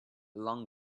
long